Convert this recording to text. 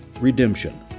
redemption